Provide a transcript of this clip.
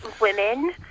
women